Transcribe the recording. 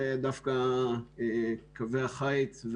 דווקא קווי החיץ,